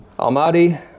Almighty